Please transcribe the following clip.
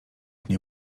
nie